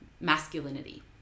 masculinity